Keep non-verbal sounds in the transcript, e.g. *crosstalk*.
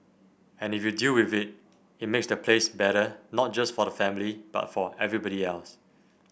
and if you deal with *unintelligible* it makes the place better not just for the family but for everybody else